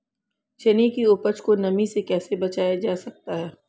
चने की उपज को नमी से कैसे बचाया जा सकता है?